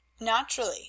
Naturally